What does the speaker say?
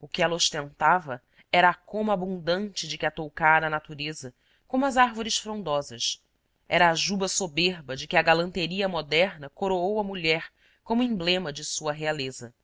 o que ela ostentava era a coma abundante de que a toucara a natureza como às árvores frondosas era a juba soberba de que a galanteria moderna coroou a mulher como emblema de sua realeza